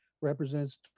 represents